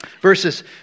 Verses